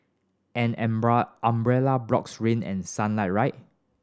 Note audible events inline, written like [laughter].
an [unintelligible] umbrella blocks rain and sunlight right